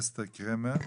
אסתר קרמר.